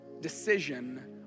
decision